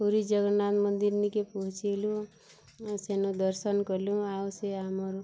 ପୁରୀ ଜଗନ୍ନାଥ ମନ୍ଦିର୍ ନିକେ ପହଞ୍ଚିଲୁ ସେନୁ ଦର୍ଶନ କଲୁ ଆଉ ସେ ଆମର୍